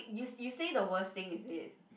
you you say the worst thing is it